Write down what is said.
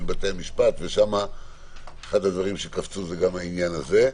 בתי המשפט ואחד הדברים שעלו שם היה גם העניין הזה.